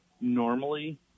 Normally